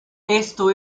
esto